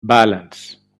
balance